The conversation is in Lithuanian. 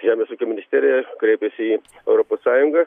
žemės ūkio ministerija kreipėsi į europos sąjungą